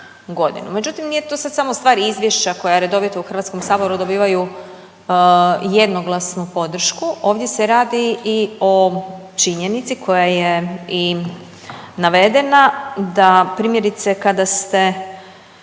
Međutim nije to sad samo stvar izvješća koja redovito u HS-u dobivaju jednoglasnu podršku. Ovdje se radi i o činjenici koja je i navedena da primjerice kada ste